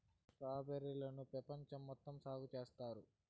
strawberry లను పెపంచం మొత్తం సాగు చేత్తారు